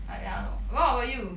I ya what about you